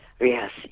Yes